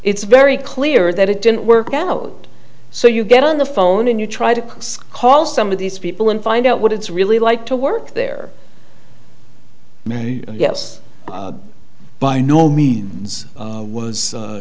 it's very clear that it didn't work out so you get on the phone and you try to call some of these people and find out what it's really like to work there maybe yes by no means was